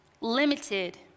limited